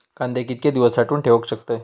कांदे कितके दिवस साठऊन ठेवक येतत?